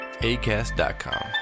ACAST.com